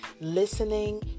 listening